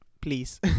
please